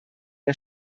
der